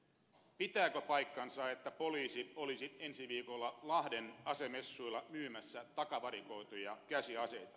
pitääkö paikkansa että poliisi olisi ensi viikolla lahden asemessuilla myymässä takavarikoituja käsiaseita